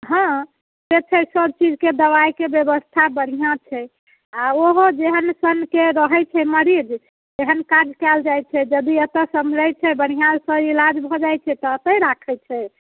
हँ से छै सब चीजके दवाइके व्यवस्था बढ़िआँ छै आ ओहो जेहन सनके रहैत छै मरीज तेहन काज कयल जाइत छै यदि एतऽ सम्हरैत छै बढ़िआँसँ इलाज भऽ जाइत छै तऽ एतऽ राखैत छै